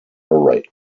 rate